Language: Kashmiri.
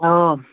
اۭں